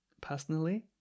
personally